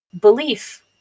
belief